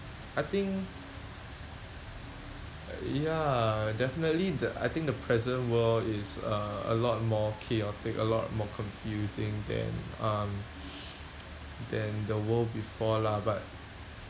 I think ya definitely the I think the present world is uh a lot more chaotic a lot more confusing than um than the world before lah but